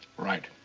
right.